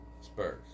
Spurs